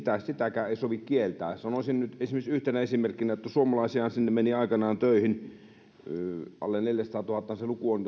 sitäkään ei sovi kieltää sanoisin nyt yhtenä esimerkkinä että suomalaisiahan sinne meni aikanaan töihin alle neljäsataatuhattahan se luku on